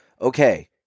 Okay